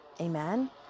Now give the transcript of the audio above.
amen